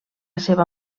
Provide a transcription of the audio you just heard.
seva